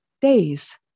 days